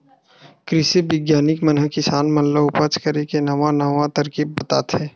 कृषि बिग्यानिक मन किसान मन ल उपज करे के नवा नवा तरकीब बताथे